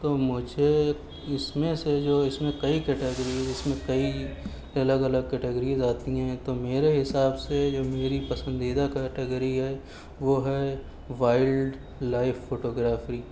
تو مجھے اس میں سے جو ہے اس میں کئی کیٹیگری اس میں کئی الگ الگ کیٹیگریز آتی ہیں تو میرے حساب سے جو ہے میری پسندیدہ کیٹیگری ہے وہ ہے وائلڈ لائف فوٹو گرافی